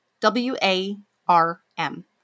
W-A-R-M